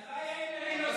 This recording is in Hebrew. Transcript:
הלוואי, ילדים נוספים.